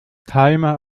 timer